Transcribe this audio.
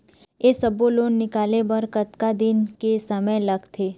ये सब्बो लोन निकाले बर कतका दिन के समय लगथे?